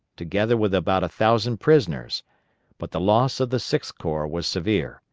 together with about a thousand prisoners but the loss of the sixth corps was severe,